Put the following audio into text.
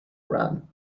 run